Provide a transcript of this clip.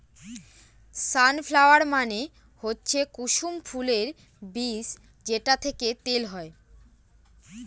সান flower মানে হচ্ছে কুসুম ফুলের বীজ যেটা থেকে তেল হয়